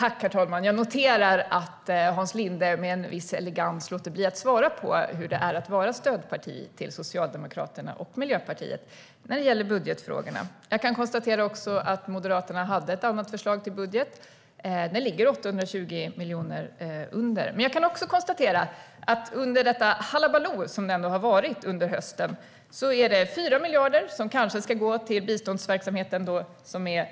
Herr talman! Jag noterar att Hans Linde med en viss elegans låter bli att svara på hur det är att vara stödparti till Socialdemokraterna och Miljöpartiet i budgetfrågorna. Jag konstaterar också att Moderaterna hade ett annat förslag till budget. Det ligger 820 miljoner under. Jag kan också konstatera att under detta hullabaloo som har rått under hösten ska 4 miljarder kanske gå till biståndsverksamheten, det vill säga